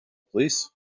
police